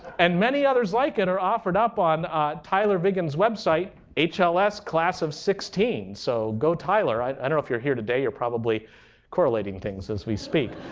and many others like it are offered up on tyler vigen's website, hls ah class class of sixteen, so go tyler. i don't know if you're here today. you're probably correlating things as we speak,